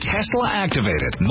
Tesla-activated